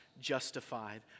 justified